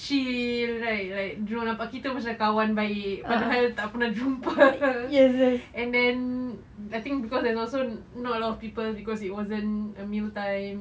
chill right like dorang nampak kita macam kawan baik padahal tak pernah jumpa and then I think cause also not a lot of people cause it wasn't a meal time